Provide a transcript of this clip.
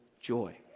joy